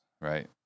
Right